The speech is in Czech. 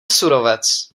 surovec